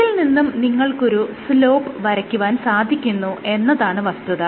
ഇതിൽ നിന്നും നിങ്ങൾക്കൊരു സ്ലോപ്പ് വരയ്ക്കുവാൻ സാധിക്കുന്നു എന്നതാണ് വസ്തുത